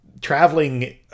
traveling